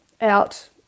out